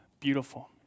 beautiful